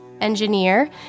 Engineer